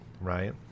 right